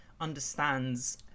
understands